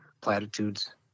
platitudes